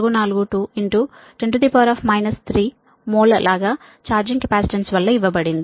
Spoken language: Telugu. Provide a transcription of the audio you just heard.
442 10 3 మొ లాగ ఛార్జింగ్ కెపాసిటెన్స్ వల్ల ఇవ్వబడింది